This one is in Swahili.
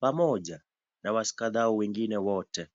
pamoja, na washikadau wengine wote.